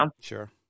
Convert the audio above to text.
sure